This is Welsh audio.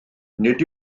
nid